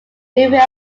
leaving